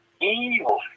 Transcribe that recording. Evil